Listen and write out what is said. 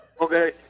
Okay